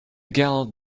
gallant